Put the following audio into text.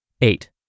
Eight